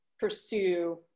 pursue